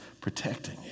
protecting